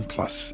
Plus